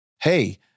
hey